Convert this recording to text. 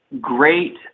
great